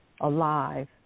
alive